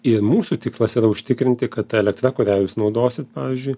ir mūsų tikslas yra užtikrinti kad elektra kurią jūs naudosit pavyzdžiui